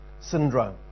syndrome